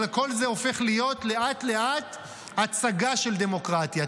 אבל כל זה הופך להיות לאט-לאט הצגה של דמוקרטיה,